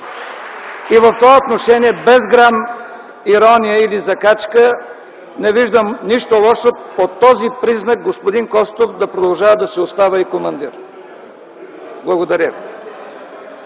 И в това отношение, без грам ирония или закачка, не виждам нищо лошо по този признак господин Костов да си продължава да си остава и Командир! Благодаря.